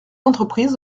entreprises